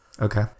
Okay